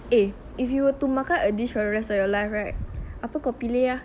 eh if you were to makan a dish for the rest of your life right apa kau pilih ah